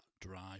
drive